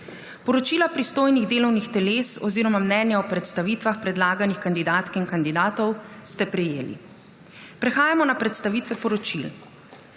Poročila pristojnih delovnih teles oziroma mnenja o predstavitvah predlaganih kandidatk in kandidatov ste prejeli. Prehajamo na predstavitve poročil.